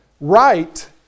Right